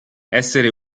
essere